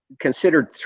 considered